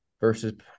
versus